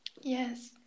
yes